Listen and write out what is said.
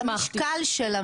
המשקל של המסמך הזה.